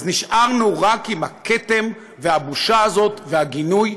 אז נשארו רק עם הכתם והבושה הזאת והגינוי,